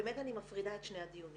באמת אני מפרידה את שני הדיונים.